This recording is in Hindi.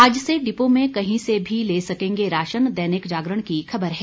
आज से डिपो में कहीं से भी ले सकेंगे राशन दैनिक जागरण की खबर है